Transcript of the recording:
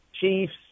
Chiefs